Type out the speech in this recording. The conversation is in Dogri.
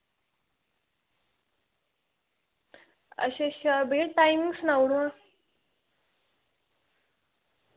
अच्छा अच्छा भैया टाइमिंग सनाउड़ो हां